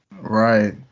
right